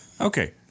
okay